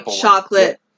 chocolate